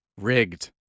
Rigged